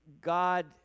God